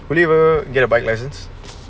where do you ever get a bike license